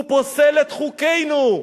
הוא פוסל את חוקינו.